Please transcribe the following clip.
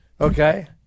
Okay